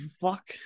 fuck